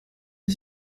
iki